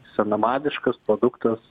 senamadiškas produktas